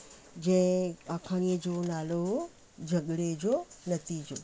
जंहिं अखाणीअ जो नालो हुओ झगड़े जो नतीजो